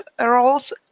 roles